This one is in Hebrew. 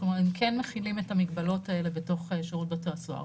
זאת אומרת הם כן מחילים את המגבלות האלה בתוך שירות בתי הסוהר.